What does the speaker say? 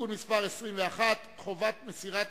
(תיקון מס' 21) (חובת מסירת